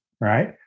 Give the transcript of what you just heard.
right